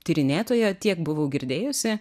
tyrinėtoją tiek buvau girdėjusi